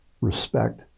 respect